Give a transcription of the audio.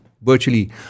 virtually